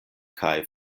kaj